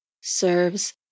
Serves